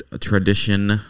tradition